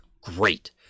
great